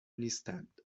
نیستند